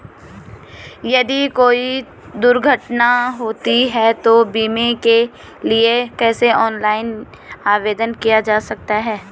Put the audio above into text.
यदि कोई दुर्घटना होती है तो बीमे के लिए कैसे ऑनलाइन आवेदन किया जा सकता है?